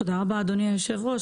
תודה רבה, אדוני היושב-ראש.